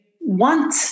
want